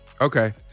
Okay